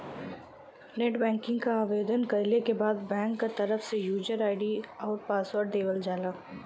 net banking क आवेदन कइले के बाद बैंक क तरफ से यूजर आई.डी आउर पासवर्ड देवल जाला